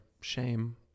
shame